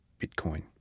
Bitcoin